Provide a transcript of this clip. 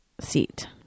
seat